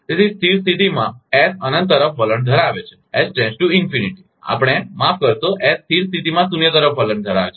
તેથી સ્થિર સ્થિતિમાં એસ અનંત તરફ વલણ ધરાવે છે કે આપણે માફ કરશો એસ સ્થિર સ્થિતિમાં શૂન્ય તરફ વલણ ધરાવે છે